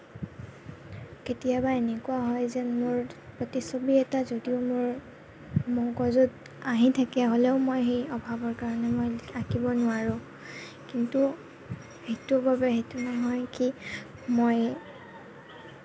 কেতিয়াবা এনেকুৱা হয় যে মোৰ প্ৰতিচ্ছবি এটা যদিও মোৰ মগজুত আহি থাকে হ'লেও মই এই অভাৱৰ কাৰণে মই আঁকিব নোৱাৰো কিন্তু এইটোৰ বাবে সেইটো নহয় কি মই